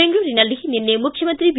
ಬೆಂಗಳೂರಿನಲ್ಲಿ ನಿನ್ನೆ ಮುಖ್ಯಮಂತ್ರಿ ಬಿ